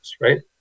Right